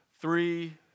three